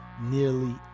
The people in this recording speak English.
nearly